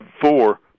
four